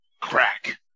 Crack